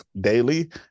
daily